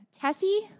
Tessie